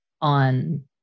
on